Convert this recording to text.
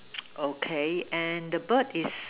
okay and the bird is